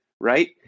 right